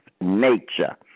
nature